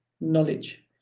knowledge